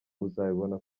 uzabibona